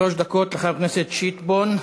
שלוש דקות לחבר הכנסת שטבון.